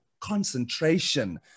concentration